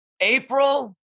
april